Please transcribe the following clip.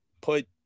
put